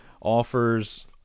offers